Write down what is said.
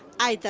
i